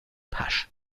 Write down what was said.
pasch